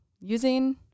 using